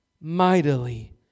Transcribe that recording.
mightily